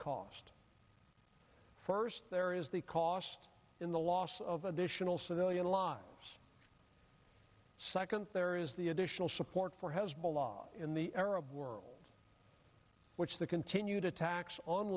cost first there is the cost in the loss of additional civilian lives second there is the additional support for hezbollah in the arab world which the continued attacks on